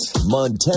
Montana